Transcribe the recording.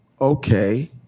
okay